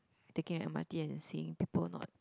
taking an M_R_T and seeing people not